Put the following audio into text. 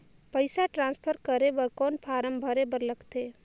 पईसा ट्रांसफर करे बर कौन फारम भरे बर लगथे?